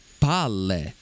palle